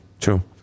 True